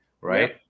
Right